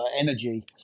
energy